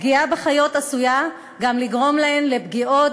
הפגיעה בחיות עשויה גם לגרום להן לפגיעות